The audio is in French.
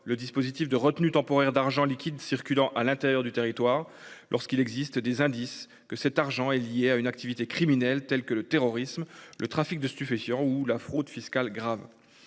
le dispositif de retenue temporaire d'argent liquide circulant à l'intérieur du territoire lorsqu'il existe des indices que cet argent est lié à une activité criminelle tels que le terrorisme, le trafic de stupéfiants ou la fraude fiscale grave.